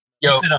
Yo